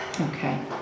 okay